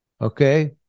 Okay